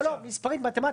לא, מספרים, מתמטיקה.